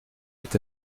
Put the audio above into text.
est